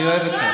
אני אוהב אתכם.